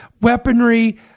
weaponry